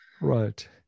right